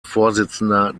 vorsitzender